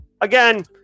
Again